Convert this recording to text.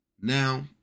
Now